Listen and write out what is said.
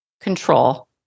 control